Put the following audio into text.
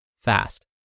fast